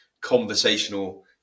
conversational